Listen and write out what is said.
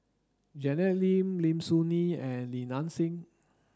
Janet Lim Lim Soo Ngee and Li Nanxing